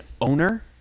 owner